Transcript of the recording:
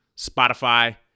Spotify